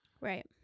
Right